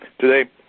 today